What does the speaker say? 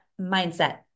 Mindset